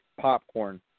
popcorn